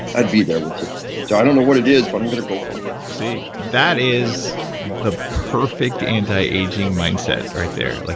i'd be there with you. so i don't know what it is, but i'm gonna go for it see, that is the perfect anti-aging mindset right there. like